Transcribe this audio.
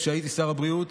עוד כשהייתי שר הבריאות,